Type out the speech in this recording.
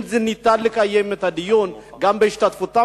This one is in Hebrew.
אם ניתן לקיים את הדיון גם בהשתתפותם